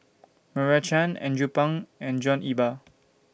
Meira Chand Andrew Phang and John Eber